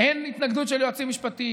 אין התנגדות של יועצים משפטיים,